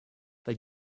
they